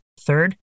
Third